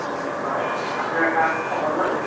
অঁ হয় আপোনাৰ তাত হ'ব নহয়